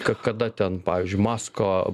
kada ten pavyzdžiui maską